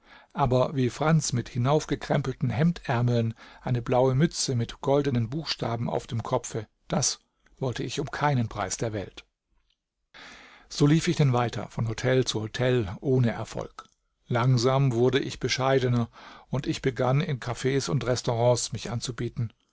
aber wie franz mit hinaufgekrempelten hemdärmeln eine blaue mütze mit goldenen buchstaben auf dem kopfe das wollte ich um keinen preis der welt so lief ich denn weiter von hotel zu hotel ohne erfolg langsam wurde ich bescheidener und ich begann in cafs und restaurants mich anzubieten